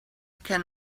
can